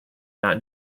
not